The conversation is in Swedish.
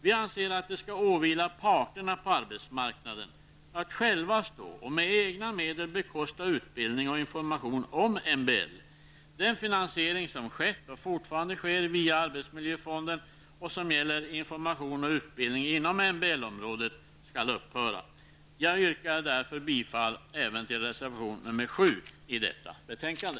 Vi anser att det skall åvila parterna på arbetsmarknaden att själva stå för och med egna medel bekosta utbildning och information om MBL. Den finansiering som skett och fortfarande sker via arbetsmiljöfonden och som gäller information och utbildning inom MBL-området, skall upphöra. Jag yrkar därför bifall även till reservation nr 7 till detta betänkande.